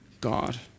God